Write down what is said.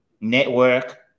Network